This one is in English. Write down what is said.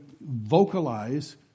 vocalize